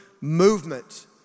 movement